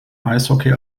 eishockey